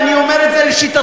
ואני אומר את זה לשיטתך,